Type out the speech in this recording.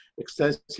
extensive